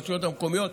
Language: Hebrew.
ברשויות המקומיות,